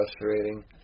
frustrating